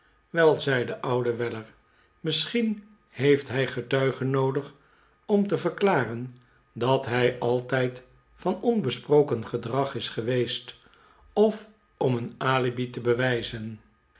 zei de oude weller misschien heeft hij getuigen noodig om te verklaren dat hij altijd van onbesproken gedrag is geweest of om een alibi te bewijzen